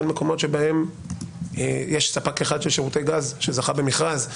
מקומות בהם יש ספק אחד של שירותי גז שזכה במכרז,